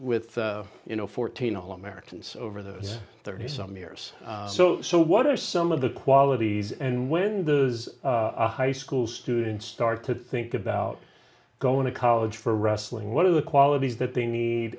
with you know fourteen whole americans over those thirty some years so so what are some of the qualities and when the as a high school students start to think about going to college for wrestling what are the qualities that they need